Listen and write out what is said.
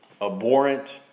abhorrent